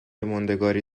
ماندگاری